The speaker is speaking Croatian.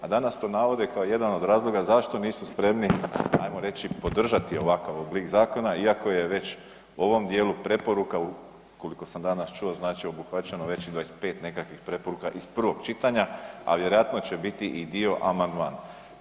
A danas to navode kao jedan od razloga zašto nisu spremni, ajmo reći podržati ovakav oblik zakona, iako je već u ovom dijelu preporuka koliko sam danas čuo obuhvaćeno već i 25 nekakvih preporuka iz prvog čitanja, a vjerojatno će biti i dio amandmana.